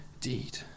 deed